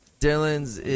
Dylan's